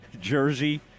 jersey